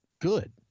Good